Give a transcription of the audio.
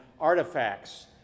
artifacts